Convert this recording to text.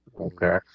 okay